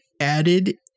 added